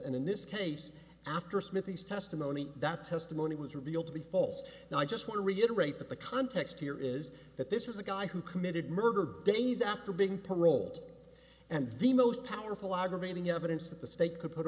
and in this case after smithies testimony that testimony was revealed to be false and i just want to reiterate that the context here is that this is a guy who committed murder days after being paroled and the most powerful aggravating evidence that the state could put